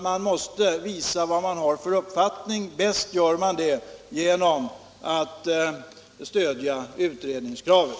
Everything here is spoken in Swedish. Man måste här visa vad man har för uppfattning. Bäst gör man det genom att stödja utredningskravet.